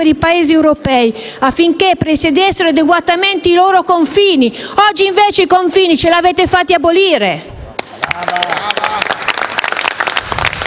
per i Paesi europei, affinché presidiassero adeguatamente i loro confini. Oggi, invece, i confini ce li avete fatti abolire.